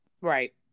right